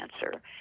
cancer